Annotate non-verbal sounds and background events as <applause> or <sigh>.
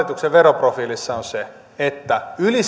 hallituksen veroprofiilissa on se että yli <unintelligible>